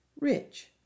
rich